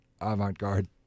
avant-garde